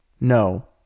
No